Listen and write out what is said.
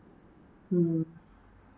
mm